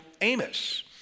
Amos